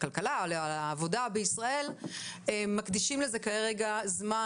הכלכלה והעבודה בישראל מקדישים לזה זמן,